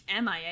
MIA